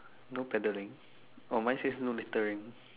no paddling oh mine says no littering